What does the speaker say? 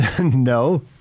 No